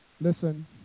Listen